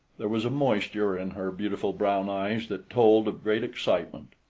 there was a moisture in her beautiful brown eyes that told of great excitement.